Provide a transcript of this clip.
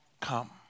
come